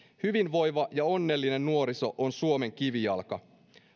hyvinvoiva ja onnellinen nuoriso on suomen kivijalka